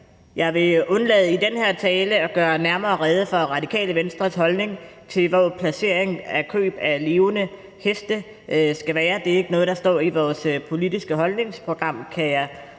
Jeg vil i den her tale undlade at gøre nærmere rede for Radikale Venstres holdning til, hvor placeringen af køb af levende heste skal være. Det er ikke noget, der står i vores politiske holdningsprogram,